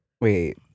Wait